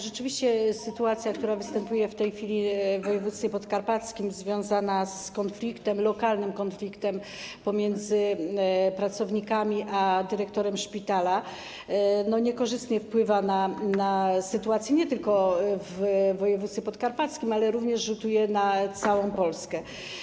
Rzeczywiście sytuacja, która występuje w tej chwili w województwie podkarpackim, związana z konfliktem, lokalnym konfliktem pomiędzy pracownikami a dyrektorem szpitala, niekorzystnie wpływa na sytuację nie tylko w województwie podkarpackim, ale również rzutuje na całą Polskę.